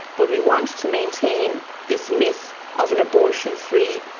but we want to maintain this myth of an abortion-free,